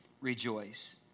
rejoice